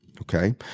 Okay